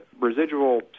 residual